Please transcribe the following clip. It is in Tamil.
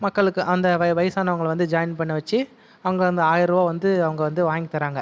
மக்களுக்கு அந்த வயதானவங்கள வந்து ஜாயின் பண்ண வச்சு அவங்க அந்த ஆயிரம் ரூபாய் வந்து அவங்க வந்து வாங்கி தராங்க